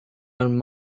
own